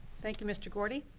thank you mr. gordy.